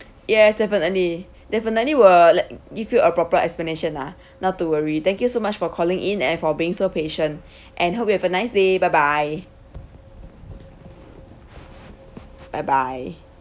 yes definitely definitely we'll le~ give you a proper explanation lah not to worry thank you so much for calling in and for being so patient and hope you have a nice day bye bye bye bye